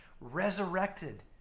resurrected